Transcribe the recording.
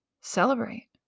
celebrate